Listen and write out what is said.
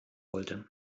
wollte